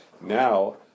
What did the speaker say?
Now